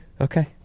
Okay